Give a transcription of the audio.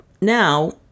now